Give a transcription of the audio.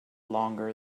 longer